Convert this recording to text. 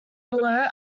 below